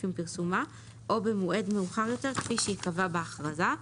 עם פרסומה או במועד מאוחר יותר שייקבע בהכרזה.